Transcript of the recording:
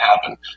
happen